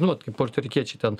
nu kaip puertorikiečiai ten